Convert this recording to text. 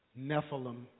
Nephilim